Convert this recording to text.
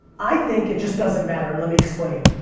i think it just doesn't matter and let me explain.